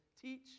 teach